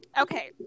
Okay